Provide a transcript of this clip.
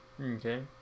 Okay